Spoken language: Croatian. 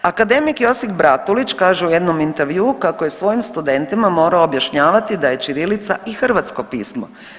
Akademik Josip Bratulić kaže u jednom intervjuu kako je svojim studentima morao objašnjavati da je ćirilica i hrvatsko pismo.